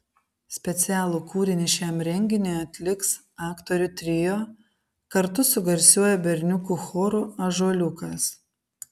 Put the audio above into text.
specialų kūrinį šiam renginiui atliks aktorių trio kartu su garsiuoju berniukų choru ąžuoliukas